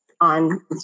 on